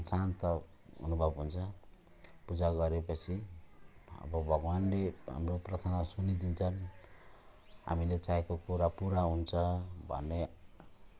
मन शान्त अनुभव हुन्छ पूजा गरेपछि अब भगवानले हाम्रो प्रार्थना सुनिदिन्छन् हामीले चाहेको कुरा पुरा हुन्छ भन्ने